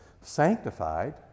Sanctified